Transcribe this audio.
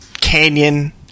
canyon